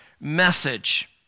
message